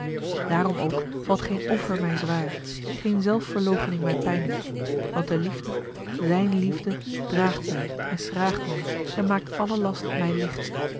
daarom ook valt geen offer mij zwaar geene zelfverloochening mij pijnlijk want de liefde zijne liefde draagt mij en schraagt mij en maakt allen last mij licht